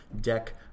deck